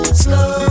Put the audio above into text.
slow